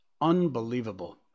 Unbelievable